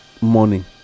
morning